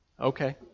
Okay